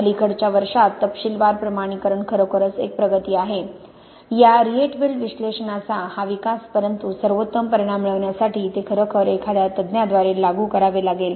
अलिकडच्या वर्षांत तपशीलवार प्रमाणीकरण खरोखरच एक प्रगती आहे या रिएटवेल्ड विश्लेषणाचा हा विकास परंतु सर्वोत्तम परिणाम मिळविण्यासाठी ते खरोखर एखाद्या तज्ञाद्वारे लागू करावे लागेल